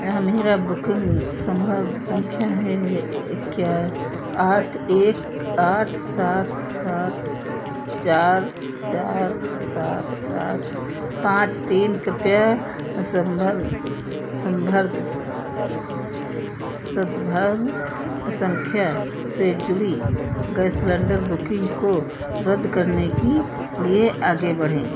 यह मेरा बुकिन्ग सन्दर्भ सँख्या है क्या आठ एक आठ सात सात चार चार सात सात पाँच तीन कृपया असम्भर सम्भर्त सन्दर्भ सँख्या से जुड़ी गैस सिलेण्डर बुकिन्ग को रद्द करने की लिए आगे बढ़ें